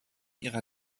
ihrer